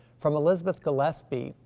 from elizabeth gillespie,